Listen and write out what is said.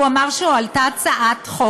הוא אמר שהועלתה הצעת חוק